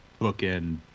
bookend